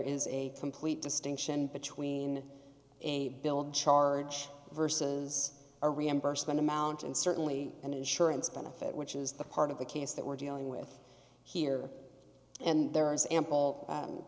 is a complete distinction between a build charge versus a reimbursement amount and certainly an insurance benefit which is the part of the case that we're dealing with here and there is ample